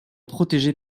protégées